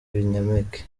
binyampeke